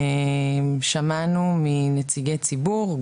שמענו מנציגי ציבור,